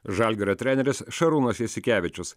žalgirio treneris šarūnas jasikevičius